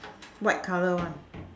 white colour one